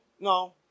no